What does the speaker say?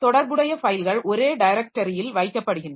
தொடர்புடைய ஃபைல்கள் ஒரே டைரக்டரியில் வைக்கப்படுகின்றன